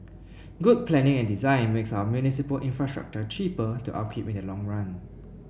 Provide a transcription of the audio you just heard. good planning and design makes our municipal infrastructure cheaper to upkeep in the long run